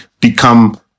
become